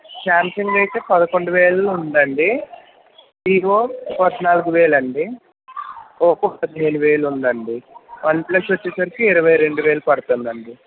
Samsung అయితే పదకొండు వేలు ఉంది అండి వివో పద్నాలుగు వేలు అండి ఒపో పద్దెనిమిది వేలు ఉంది అండి వన్ ప్లస్ వచ్చేసరికి ఇరవై రెండు వేలు పడుతుంది అండి